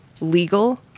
legal